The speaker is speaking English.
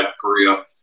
Korea